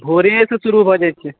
भोरेसँ शुरू भऽ जाइ छै